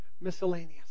miscellaneous